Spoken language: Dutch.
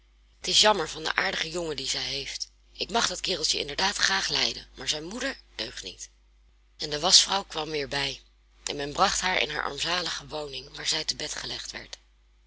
t is jammer van den aardigen jongen dien zij heeft ik mag dat kereltje inderdaad graag lijden maar zijn moeder deugt niet en de waschvrouw kwam weer bij en men bracht haar in haar armzalige woning waar zij te bed gelegd werd